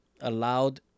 allowed